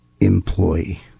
employee